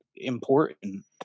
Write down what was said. important